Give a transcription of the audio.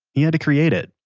he had to create it,